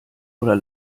oder